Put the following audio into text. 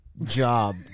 job